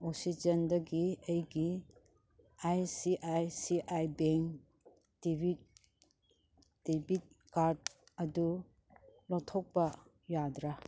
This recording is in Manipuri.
ꯑꯣꯛꯁꯤꯖꯦꯟꯗꯒꯤ ꯑꯩꯒꯤ I C I C I bank debit debit card ꯑꯗꯨ ꯂꯧꯊꯣꯛꯄ ꯌꯥꯗ꯭ꯔꯥ